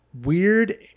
weird